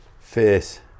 fierce